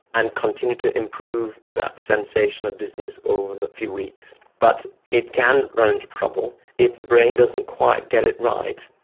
and continue to improve that sensation of dizziness over a few weeks. but it can run into trouble if the brain doesn't quite get it right,